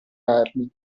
armi